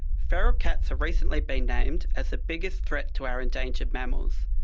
feral cats have recently been named as the biggest threat to our endangered mammals.